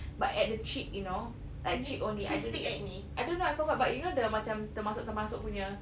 but at the cheek you know like cheek only I don~ I don't know I forgot but you know the macam termasuk termasuk punya